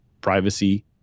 privacy